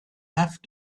have